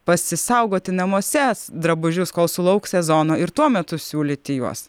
pasisaugoti namuoses s drabužius kol sulauks sezono ir tuo metu siūlyti juos